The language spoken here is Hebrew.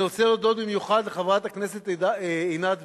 אני רוצה להודות במיוחד לחברת הכנסת עינת וילף,